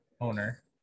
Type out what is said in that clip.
owner